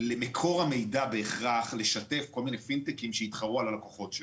למקור המידע לשתף כל מיני פינטקים שיתחרו על הלקוחות שלו.